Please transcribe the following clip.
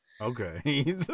Okay